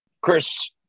Chris